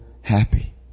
happy